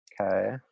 Okay